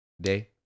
Day